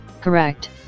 Correct